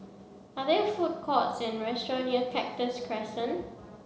are there food courts and restaurant near Cactus Crescent